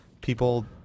people